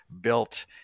built